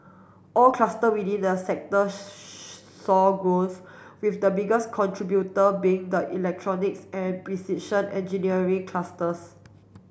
all cluster within the sector saw growth with the biggest contributor being the electronics and precision engineering clusters